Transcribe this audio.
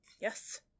Yes